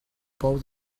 pou